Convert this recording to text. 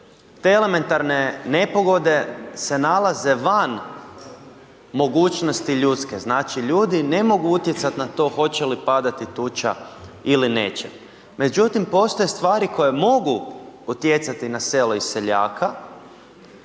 te elementarne nepogode se nalaze van mogućnosti ljudske, znači ljudi ne mogu utjecati na to hoće li padati tuča ili neće. Međutim, postoje stvari koje mogu utjecati na selo i seljaka